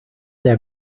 their